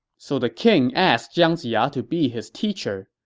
so the king asked jiang ziya to be his teacher.